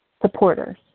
supporters